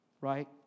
right